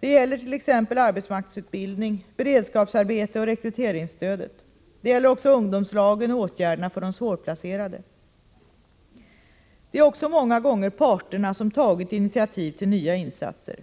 Det gäller t.ex. arbetsmarknadsutbildningen, beredskapsarbetena och rekryteringsstödet. Det gäller också ungdomslagen och åtgärderna för de svårplacerade. Det är också många gånger parterna som tagit initiativ till nya insatser.